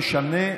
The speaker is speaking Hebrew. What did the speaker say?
תשנה,